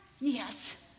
Yes